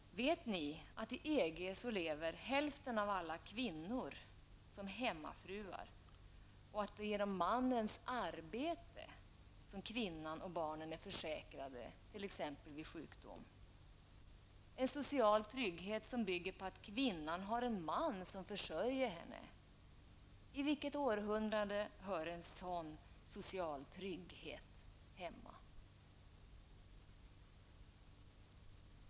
Vet socialdemokraterna att hälften av alla kvinnor i EG lever som hemmafruar och att det är genom mannens arbete som kvinnan och barnen är försäkrade t.ex. vid sjukdom. En social trygghet som bygger på att kvinnan har en man som försörjer henne, i vilket århundrade hör den hemma?